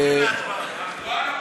הצבעה.